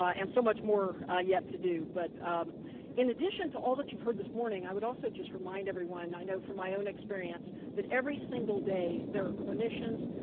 and so much more ah yet to do, but in addition to all that you've heard this morning i would also just remind everyone, i know for my own experience, that every single day there are clinicians,